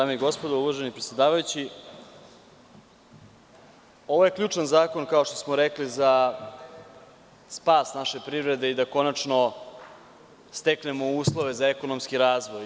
Dame i gospodo, uvaženi predsedavajući, ovo je ključan zakon, kao što smo rekli, za spas naše privrede i da konačno steknemo uslove za ekonomski razvoj.